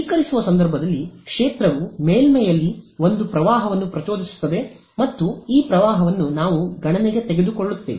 ಸ್ವೀಕರಿಸುವ ಸಂದರ್ಭದಲ್ಲಿ ಕ್ಷೇತ್ರವು ಮೇಲ್ಮೈಯಲ್ಲಿ ಒಂದು ಪ್ರವಾಹವನ್ನು ಪ್ರಚೋದಿಸುತ್ತದೆ ಮತ್ತು ಈ ಪ್ರವಾಹವನ್ನು ನಾವು ಗಣನೆಗೆ ತೆಗೆದುಕೊಳ್ಳುತ್ತೇವೆ